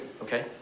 okay